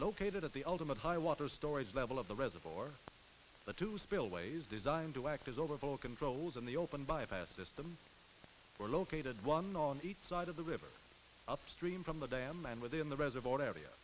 located at the ultimate high water storage level of the reservoir the two spillways designed to act as over of all controls in the open bypass this them were located one on each side of the river upstream from the dam and within the reservoir